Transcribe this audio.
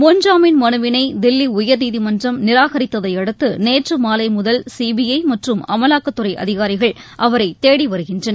முன்ஜாமீன் மனுவினை தில்லி உயர்நீதிமன்றம் நிராகரித்ததையடுத்து நேற்று மாலை முதல் சிபிஐ மற்றும் அமலாக்கத்துறை அதிகாரிகள் அவரை தேடிவருகின்றனர்